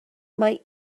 mae